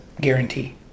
guarantee